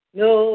no